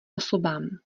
osobám